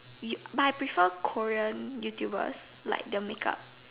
you but I prefer Korean YouTubers like the make up